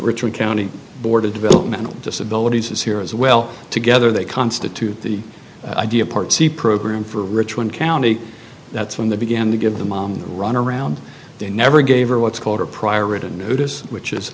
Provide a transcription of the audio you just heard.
richmond county board of developmental disabilities is here as well together they constitute the idea part c program for richmond county that's when they begin to give the mom the runaround they never gave her what's called a prior written notice which is